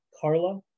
Carla